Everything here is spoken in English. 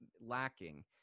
lacking